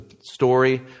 story